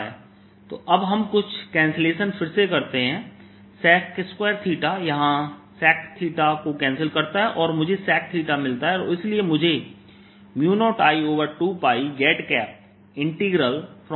तो अब हम कुछ कैंसिलेशन फिर से करते हैं sec2 यहाँ sec को कैंसिल करता है और मुझे sec मिलता है और इसलिए मुझे0I2πz0tan 1Ls sec dθ प्राप्त होता है